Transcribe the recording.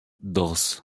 dos